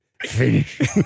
finish